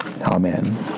Amen